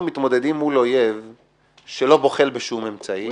מתמודדים מול אויב שלא בוחל בשום אמצעים,